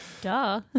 Duh